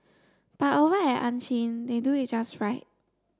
but over at Ann Chin they do it just right